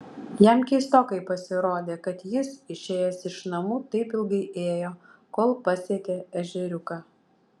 jam keistokai pasirodė kad jis išėjęs iš namų taip ilgai ėjo kol pasiekė ežeriuką